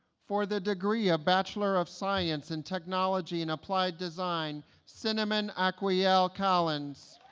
for the degree of bachelor of science and technology and applied design cinnamon acquielle callins